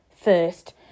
first